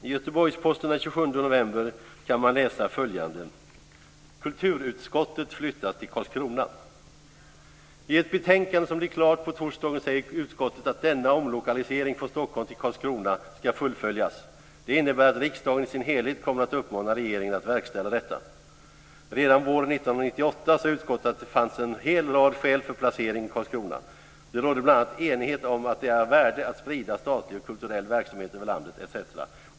I Göteborgsposten den 27 november kan man läsa följande: "Kulturutskottet flyttas till Karlskrona. I ett betänkande som blev klart på torsdagen säger utskottet att denna omlokalisering från Stockholm till Karlskrona ska fullföljas. Det innebär att riksdagen i sin helhet kommer att uppmana regeringen att verkställa detta. Redan våren 1998 sade utskottet att det fanns en hel rad skäl för placering i Karlskrona. Det rådde bland annat enighet om att det är av värde att sprida statlig och kulturell verksamhet över landet."